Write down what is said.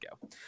go